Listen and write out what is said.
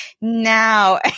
now